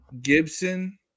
Gibson